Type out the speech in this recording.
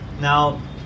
Now